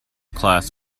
class